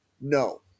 No